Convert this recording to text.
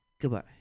goodbye